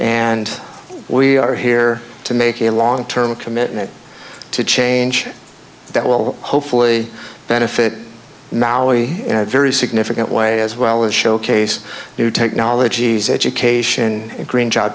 and we are here to make a long term commitment to change that will hopefully benefit mali in a very significant way as well as showcase new technologies education and green job